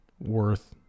worth